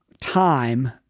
time